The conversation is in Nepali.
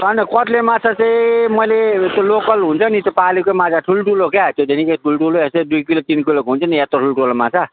होइन कत्ले माछा चाहिँ मैले त्यो लोकल हुन्छ नि त्यो पालेकै माछा ठुल्ठुलो क्या त्यो धेरै नै ठुल्ठुलो हुन्छ नि दुई किलो तिन किलोको हुन्छ नि यत्रो ठुल्ठुलो माछा